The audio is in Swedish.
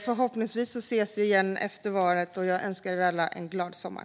Förhoppningsvis ses vi igen efter valet. Jag önskar er alla en glad sommar.